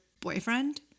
boyfriend